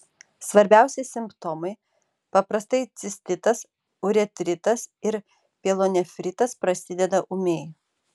svarbiausi simptomai paprastai cistitas uretritas ir pielonefritas prasideda ūmiai